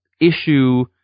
issue